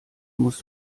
muss